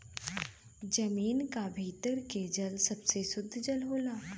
जमीन क भीतर के जल सबसे सुद्ध जल होला